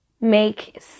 make